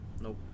Nope